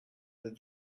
that